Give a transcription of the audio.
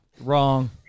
Wrong